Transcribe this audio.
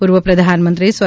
પૂર્વ પ્રધાનમંત્રી સ્વ